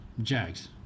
Jags